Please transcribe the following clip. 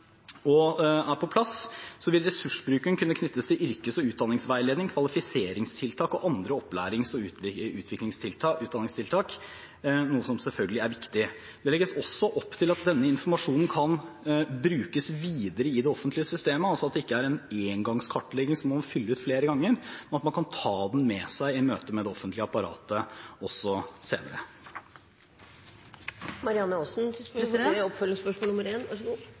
og er på plass, vil ressursbruken kunne knyttes til yrkes- og utdanningsveiledning, kvalifiseringstiltak og andre opplærings- og utdanningstiltak, noe som selvfølgelig er viktig. Det legges også opp til at denne informasjonen kan brukes videre i det offentlige systemet, altså at det ikke er en engangskartlegging som man må fylle ut flere ganger, men at man kan ta den med seg i møte med det offentlige apparatet også senere. Takk, det var oppklarende hva gjelder dette tallet, så